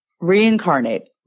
Reincarnate